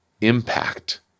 impact